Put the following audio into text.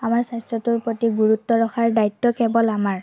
আমাৰ স্বাস্থ্যটোৰ প্ৰতি গুৰুত্ব ৰখাৰ দ্বায়িত্ব কেৱল আমাৰ